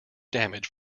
damage